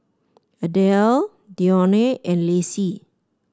Adell Dionne and Lacy